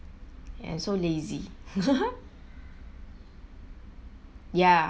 and so lazy ya